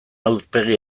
aurpegi